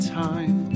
time